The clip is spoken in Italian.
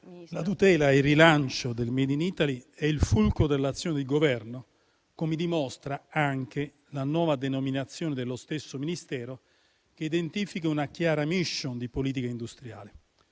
la tutela e il rilancio del *made in Italy* è il fulcro dell'azione del Governo, come dimostra anche la nuova denominazione dello stesso Ministero, che identifica una chiara *mission* di politica industriale.